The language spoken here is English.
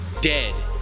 dead